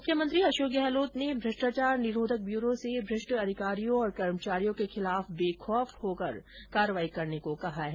मुख्यमंत्री अशोक गहलोत ने भ्रष्टाचार निरोधक ब्यूरो से भ्रष्ट अधिकारियों और कर्मचारियों के खिलाफ बेखौफ होकर कार्रवाई करने को कहा है